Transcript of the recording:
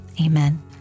Amen